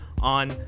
on